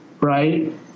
right